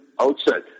outside